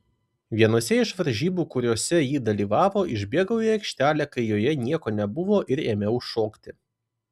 vienose iš varžybų kuriose ji dalyvavo išbėgau į aikštelę kai joje nieko nebuvo ir ėmiau šokti